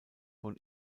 von